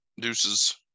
Deuces